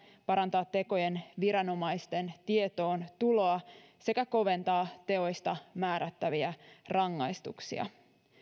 parantaa tekojen viranomaisten tietoon tuloa sekä koventaa teoista määrättäviä rangaistuksia